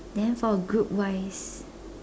then for a group wise